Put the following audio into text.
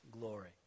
glory